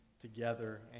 together